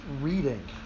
reading